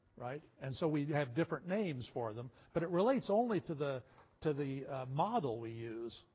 right? and so we have different names for them. but it relates only to the to the model we use,